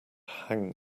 hang